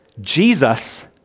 Jesus